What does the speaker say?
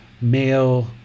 male